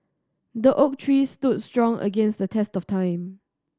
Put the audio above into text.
the oak tree stood strong against the test of time